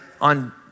on